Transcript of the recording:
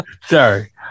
Sorry